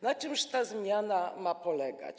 Na czym ta zmiana ma polegać?